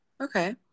okay